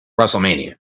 wrestlemania